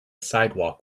sidewalk